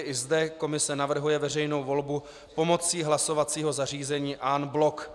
I zde komise navrhuje veřejnou volbu pomocí hlasovacího zařízení en bloc.